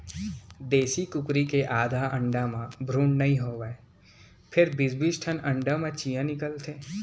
देसी कुकरी के आधा अंडा म भ्रून नइ होवय फेर बीस बीस ठन अंडा म चियॉं निकलथे